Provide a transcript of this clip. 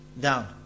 down